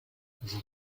vous